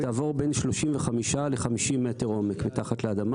היא תעבור בין 35 ל-50 מטר עומק מתחת לאדמה,